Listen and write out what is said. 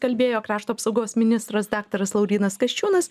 kalbėjo krašto apsaugos ministras daktaras laurynas kasčiūnas